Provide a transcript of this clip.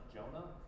Jonah